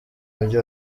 mujyi